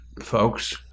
folks